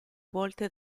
volte